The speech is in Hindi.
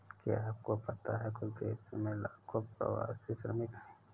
क्या आपको पता है कुछ देशों में लाखों प्रवासी श्रमिक हैं?